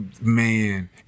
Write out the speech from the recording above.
man